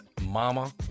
mama